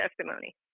testimony